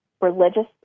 religious